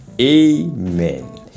Amen